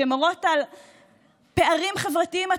שמראות פערים חברתיים עצומים,